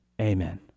Amen